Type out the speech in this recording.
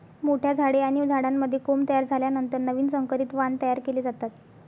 मोठ्या झाडे आणि झाडांमध्ये कोंब तयार झाल्यानंतर नवीन संकरित वाण तयार केले जातात